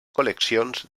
col·leccions